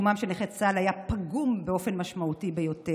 שיקומם של נכי צה"ל היה פגום באופן משמעותי ביותר.